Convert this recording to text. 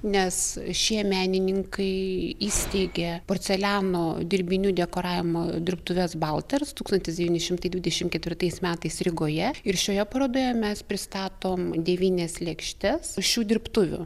nes šie menininkai įsteigė porceliano dirbinių dekoravimo dirbtuves balters tūkstantis devyni šimtai dvidešim ketvirtais metais rygoje ir šioje parodoje mes pristatom devynias lėkštes šių dirbtuvių